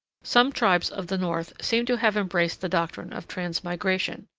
some tribes of the north seem to have embraced the doctrine of transmigration,